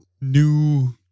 new